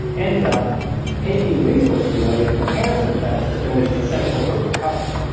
ends up taking resources away from the parasympathetic system, which is essential for recovery.